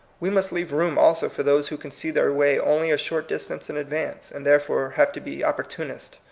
we must leave room also for those who can see their way only a short distance in advance, and therefore have to be opportunists,